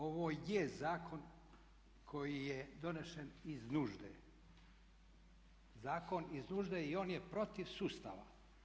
Ovo je zakon koji je donesen iz nužde, zakon iz nužde i on je protiv sustava.